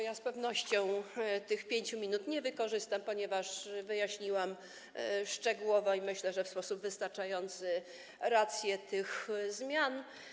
Ja z pewnością tych 5 minut nie wykorzystam, ponieważ wyjaśniłam szczegółowo i, myślę, w sposób wystarczający racje tych zmian.